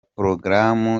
porogaramu